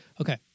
okay